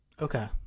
Okay